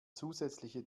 zusätzliche